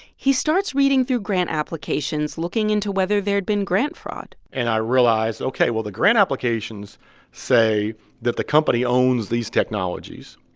he starts reading through grant applications, looking into whether there had been grant fraud and i realize, ok, well, the grant applications say that the company owns these technologies.